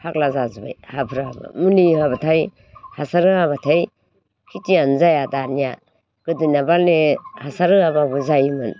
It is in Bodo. फाग्ला जाजोबबाय हाफोराबो मुलि होयाबाथाय हासार होयाबाथाय खिथियानो जाया दानिया गोदोनियाबा ले हासार होयाबाबो जायोमोन